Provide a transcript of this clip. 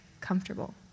comfortable